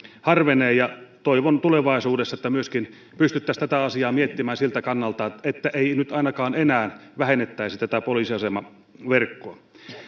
harvenee toivon että tulevaisuudessa pystyttäisiin myöskin tätä asiaa miettimään siltä kannalta että ei nyt ainakaan enää vähennettäisi tätä poliisiasemaverkkoa